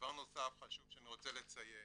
דבר נוסף חשוב שאני רוצה לציין,